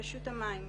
רשות המים,